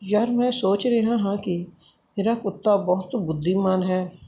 ਯਾਰ ਮੈਂ ਸੋਚ ਰਿਹਾ ਹਾਂ ਕਿ ਤੇਰਾ ਕੁੱਤਾ ਬਹੁਤ ਬੁੱਧੀਮਾਨ ਹੈ